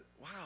wow